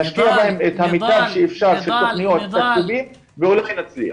נשקיע בהם את המיטב שאפשר בתוכניות ובתקציבים ונצליח.